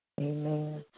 Amen